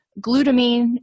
Glutamine